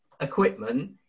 equipment